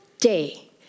day